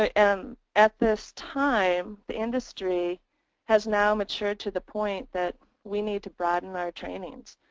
ah and um at this time the industry has now matured to the point that we need to broaden our trainings.